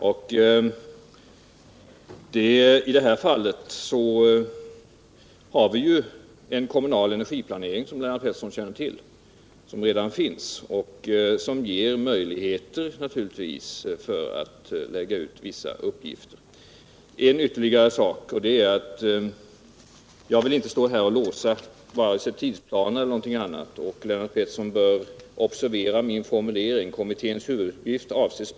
I detta fall har vi, som Lennart Pettersson känner till, redan en kommunal energiplanering, till vilken det finns möjlighet att lägga ut vissa uppgifter. Jag vill dessutom påpeka att jag inte nu vill låsa vare sig tidsplan eller något annat kring detta arbete.